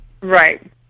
Right